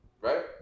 Right